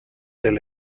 del